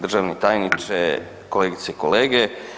Državni tajniče, kolegice i kolege.